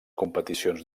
competicions